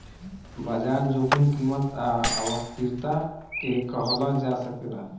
बाजार जोखिम कीमत आ अस्थिरता के कहल जा सकेला